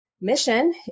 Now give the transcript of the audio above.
mission